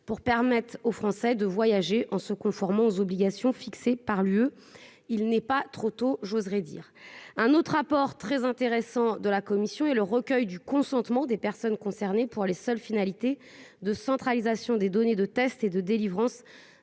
pour permettre aux Français de voyager en se conformant aux obligations fixées par l'Union européenne ... Ce n'est pas trop tôt ! Un autre apport très intéressant de la commission est le recueil du consentement des personnes concernées pour les seules finalités de centralisation des données de tests et de délivrance